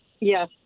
Yes